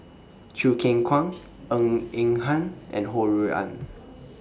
Choo Keng Kwang Ng Eng Hen and Ho Rui An